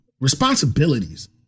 responsibilities